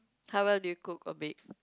how well do you cook or bake